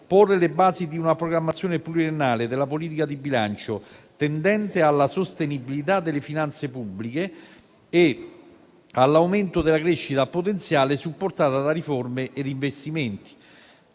porre le basi di una programmazione pluriennale della politica di bilancio tendente alla sostenibilità delle finanze pubbliche e all'aumento della crescita potenziale supportata da riforme ed investimenti;